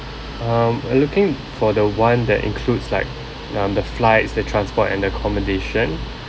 um we're looking for the one that includes like um the flights the transport and accommodation